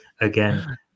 again